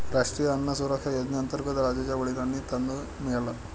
राष्ट्रीय अन्न सुरक्षा योजनेअंतर्गत राजुच्या वडिलांना तांदूळ मिळाला